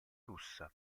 russa